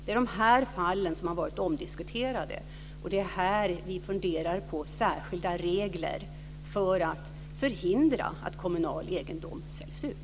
Det är dessa fall som har varit omdiskuterade, och det är här vi funderar på särskilda regler för att förhindra att kommunal egendom säljs ut.